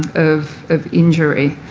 of of injury.